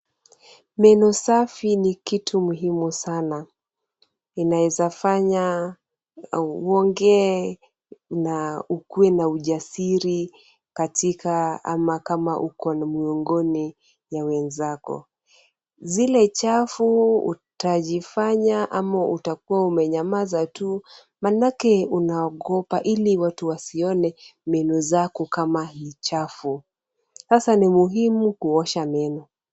Meno safi ni kitu muhimu sana. Inaeza fanya uongee na ukuwe na ujasiri katika ama kama uko miongoni ya wenzako. Zile chafu utajifanya ama utakuwa umenyamaza tu manake unaogopa ili watu wasione meno zako kama ni chafu. Sasa ni muhimu kuosha meno.